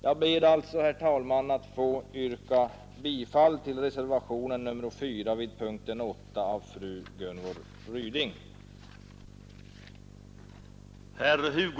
Jag ber alltså, herr talman, att få yrka bifall till reservationen 4 vid punkten 8 av fru Gunvor Ryding.